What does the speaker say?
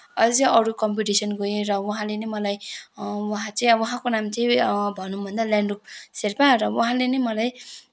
अझै अरू कम्पिटिसनमा गएँ र उहाँले नै मलाई उहाँ चाहिँ अब उहाँको नाम चाहिँ भनौँ भन्दा लेन्डुप शेर्पा र उहाँले नै मलाई